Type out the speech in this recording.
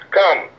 come